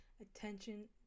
attention